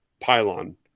pylon